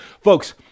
Folks